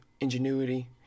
ingenuity